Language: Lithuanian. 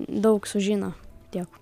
daug sužino tiek